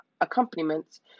accompaniments